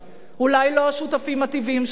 אולי לא השותפים הטבעיים שלך,